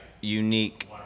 unique